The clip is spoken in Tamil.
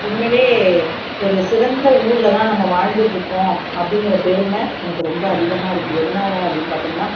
உண்மையிலயே ஒரு சிறந்த ஊரில் தான் நம்ம வாழ்ந்துட்டு இருக்கோம் அப்படிங்குற பெருமை எனக்கு ரொம்ப அதிகமாக இருக்கு எதனால அப்படின்னு பார்த்தோம்னா